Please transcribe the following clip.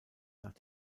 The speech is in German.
nach